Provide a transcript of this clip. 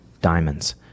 diamonds